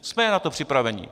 Jsme na to připraveni.